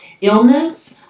illness